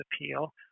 appeal